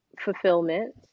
fulfillment